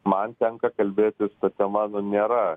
man tenka kalbėtis ta tema nu nėra